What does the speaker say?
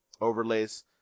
overlays